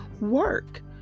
work